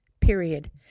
Period